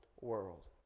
world